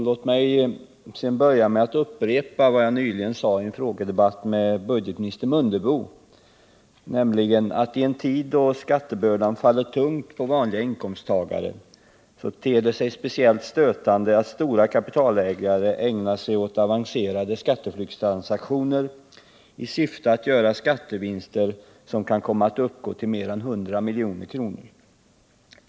Låt mig börja med att upprepa vad jag nyligen sade i en frågedebatt med budgetoch ekonomiminister Mundebo, nämligen att i en tid då skattebördan faller tungt på vanliga inkomsttagare ter det sig speciellt stötande att stora kapitalägare ägnar sig åt avancerade skatteflyktstransaktioner i syfte att göra skattevinster, som kan komma att uppgå till mer än 100 milj.kr.